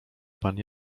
pan